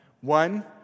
One